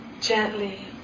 Gently